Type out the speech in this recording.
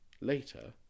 later